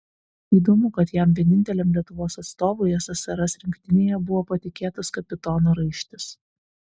įdomu kad jam vieninteliam lietuvos atstovui ssrs rinktinėje buvo patikėtas kapitono raištis